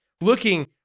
looking